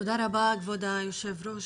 תודה רבה כבוד היו"ר,